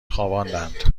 خواباندند